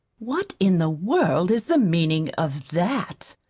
what in the world is the meaning of that?